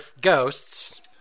ghosts